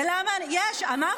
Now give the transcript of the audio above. מה עם השר?